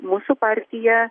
mūsų partiją